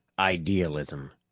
idealism!